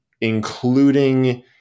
including